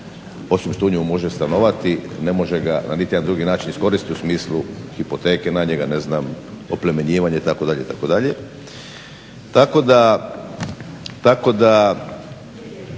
osim što u njemu može stanovati ne može ga niti na jedan drugi način iskoristiti u smislu hipoteke na njega, oplemenjivanja itd. itd. Tako da